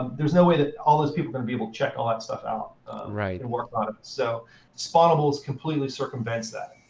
there's no way that all those people going to be able check all that stuff out and work on it. so spawnables completely circumvents that,